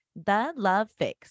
thelovefix